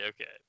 Okay